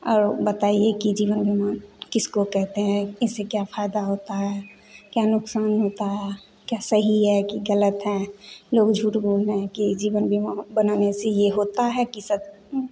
और बताइए कि जीवन बीमा किसको कहते हैं इससे क्या फायदा होता है क्या नुकसान होता है क्या सही है क्या गलत है लोग झूठ बोल रहे हैं कि जीवन बीमा बनाने से यह होता है कि सब